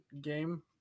game